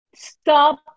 Stop